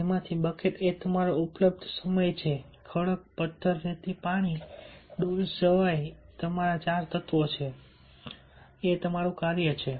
જેમાંથી બકેટ એ તમારો ઉપલબ્ધ સમય છે ખડક પથ્થર રેતી પાણી ડોલ સિવાયના ચાર તત્વો તમારું કાર્ય છે